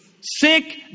Sick